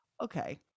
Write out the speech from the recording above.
Okay